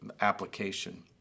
application